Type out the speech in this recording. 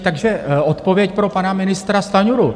Takže odpověď pro pana ministra Stanjuru.